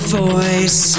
voice